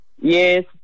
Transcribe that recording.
Yes